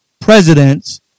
presidents